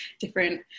different